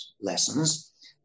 lessons